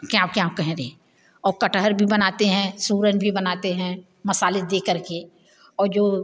क्या क्या कह रहे और कटहल भी बनाते हैं सूरन भी बनाते हैं मसाले दे कर के और जो